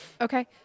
Okay